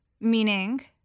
Meaning